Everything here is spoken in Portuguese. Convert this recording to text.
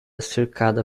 cercada